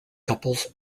couples